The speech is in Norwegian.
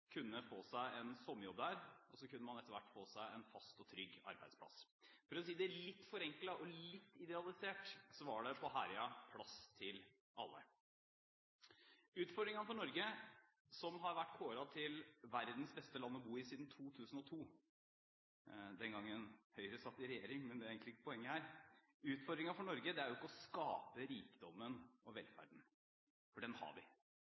kunne få seg en sommerjobb der. Og så kunne man etter hvert få seg en fast og trygg arbeidsplass. For å si det litt forenklet og litt idealisert var det på Herøya plass til alle. Utfordringen for Norge – som har vært kåret til verdens beste land å bo i siden 2002, den gangen Høyre satt i regjering, men det er egentlig ikke poenget her – er jo ikke å skape rikdommen og velferden, for den har vi.